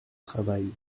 travail